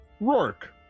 Rourke